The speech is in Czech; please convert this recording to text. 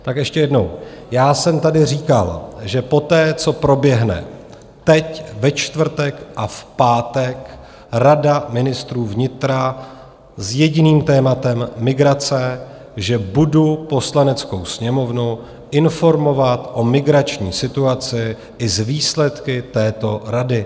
Tak ještě jednou, já jsem tady říkal, že poté, co proběhne teď ve čtvrtek a v pátek rada ministrů vnitra s jediným tématem migrace, že budu Poslaneckou sněmovnu informovat o migrační situaci i s výsledky této rady.